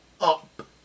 up